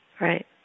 right